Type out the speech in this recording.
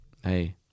hey